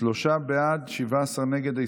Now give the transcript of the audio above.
שלושה בעד, 17 נגד.